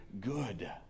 good